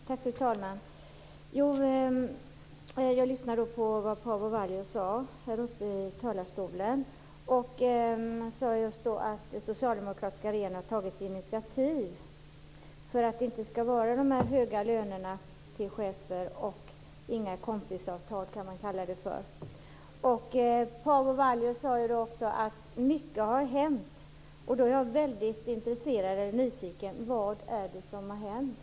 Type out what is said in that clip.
Fru talman! Paavo Vallius sade från talarstolen att den socialdemokratiska regeringen har tagit ett initiativ innebärande att cheferna inte skall ha de här höga lönerna och att det inte skall vara några kompisavtal - låt mig kalla det så. Paavo Vallius sade också att mycket har hänt. Jag är väldigt nyfiken på att få veta vad som har hänt.